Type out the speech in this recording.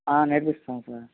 ఆ నేర్పిస్తాం సార్